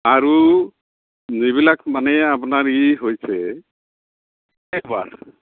আৰু যিবিলাক মানে আপোনাৰ এই হৈছে